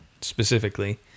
specifically